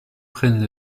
prennent